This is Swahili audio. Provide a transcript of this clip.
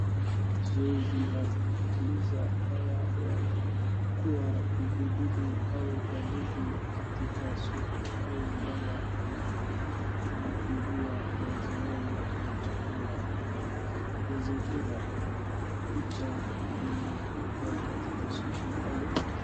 Zoezi la kupuliza dawa ya kuua vidudu au wadudu katika soko au gala la kuathiria mazoea ya chakula. Mazingira picha imepigwa katika soko au.